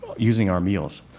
using our meals.